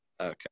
Okay